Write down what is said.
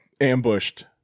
ambushed